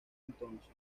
entonces